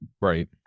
Right